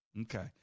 Okay